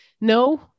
no